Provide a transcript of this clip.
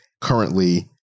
currently